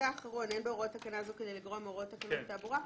אין בהוראות תקנה זו כדי לגרוע מהוראות תקנות התעבורה.